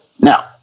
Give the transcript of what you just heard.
Now